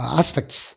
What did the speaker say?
aspects